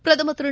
பிரதமர் திரு